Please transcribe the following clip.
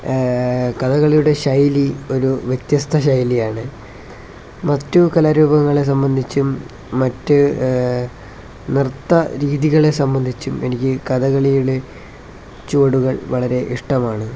കഥകളിയുടെ ശൈലി ഒരു വ്യത്യസ്ത ശൈലിയാണ് മറ്റു കലാരൂപങ്ങളെ സംബന്ധിച്ചും മറ്റ് നൃത്ത രീതികളെ സംബന്ധിച്ചും എനിക്ക് കഥകളിയിലെ ചുവടുകൾ വളരെ ഇഷ്ടമാണ്